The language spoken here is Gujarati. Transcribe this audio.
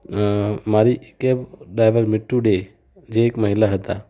મારી કૅબ ડ્રાઈવર મિટ્ટુડે જે એક મહિલા હતાં